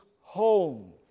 home